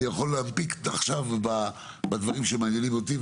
יכול להנפיק עכשיו בדברים שמעניינים אותי,